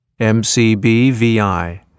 MCBVI